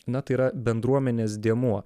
na tai yra bendruomenės dėmuo